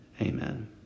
Amen